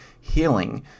healing